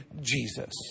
Jesus